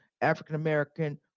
African-American